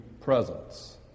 presence